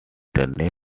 internet